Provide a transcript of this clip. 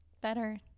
better